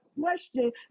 question